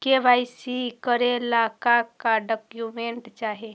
KYC करे ला का का डॉक्यूमेंट चाही?